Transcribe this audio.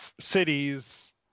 cities